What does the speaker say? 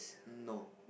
no